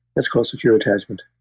that's called secure attachment